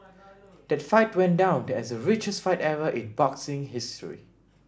that fight went down as the richest fight ever in boxing history